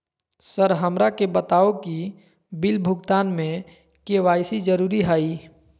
Sir हमरा के बताओ कि बिल भुगतान में के.वाई.सी जरूरी हाई?